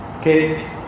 Okay